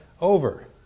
over